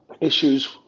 issues